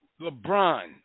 LeBron